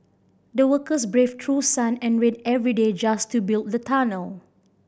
the workers braved through sun and rain every day just to build the tunnel